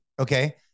okay